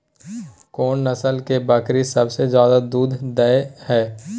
कोन नस्ल के बकरी सबसे ज्यादा दूध दय हय?